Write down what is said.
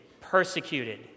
persecuted